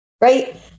right